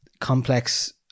complex